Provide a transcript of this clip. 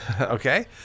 Okay